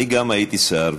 הייתי גם שר,